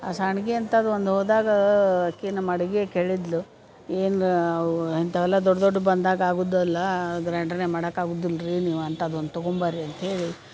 ಆ ಸಾನ್ಗಿಯಂತದ್ದು ಒಂದು ಹೋದಾಗಾ ಆಕಿ ನಮ್ಮ ಅಡಿಗೆ ಕೇಳಿದ್ಲು ಏನು ಅವು ಇಂಥವೆಲ್ಲ ದೊಡ್ಡ ದೊಡ್ಡ ಬಂದಾಗ ಆಗುದಲ್ಲ ಗ್ರ್ಯಾಂಡರ್ನ್ಯಾಗ ಮಾಡಾಕ ಆಗುದಿಲ್ಲ ರೀ ನೀವು ಅಂತದೊಂದು ತಗೊಂ ಬರ್ರಿ ಅಂತ್ಹೇಳಿ